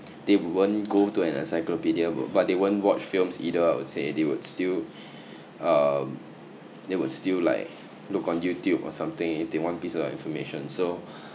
they won't go to an encyclopedia but they won't watch films either I would say they would still um they would still like look on youtube or something if they want pieces of information so